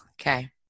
Okay